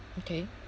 okay